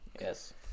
Yes